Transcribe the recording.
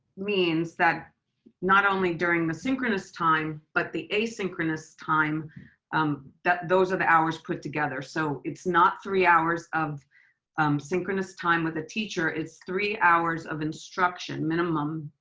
means that not only during the synchronous time, but the asynchronous time um that those are the hours put together. so it's not three hours of synchronous time with a teacher, it's three hours of instruction, minimum.